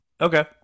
Okay